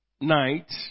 night